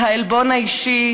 והעלבון האישי,